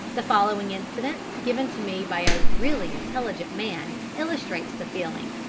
the following incident, given to me by a really intelligent man, illustrates the feeling